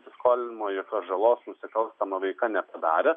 įsiskolinimo jokios žalos nusikalstama veika nepadaręs